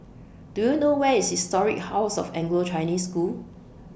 Do YOU know Where IS Historic House of Anglo Chinese School